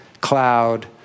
cloud